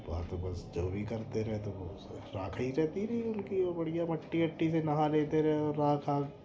वह तो बस जो भी करते रहते राख़ ही रहती रही उनकी वो बढ़िया मट्टी अट्टी से नहा लेते रहे और राख़ आख़ से